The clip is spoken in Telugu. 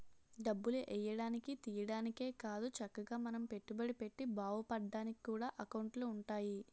డబ్బులు ఎయ్యడానికి, తియ్యడానికే కాదు చక్కగా మనం పెట్టుబడి పెట్టి బావుపడ్డానికి కూడా ఎకౌంటులు ఉంటాయి